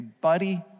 buddy